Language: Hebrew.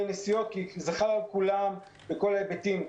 הנסיעות כי זה חל על כולם בכל ההיבטים.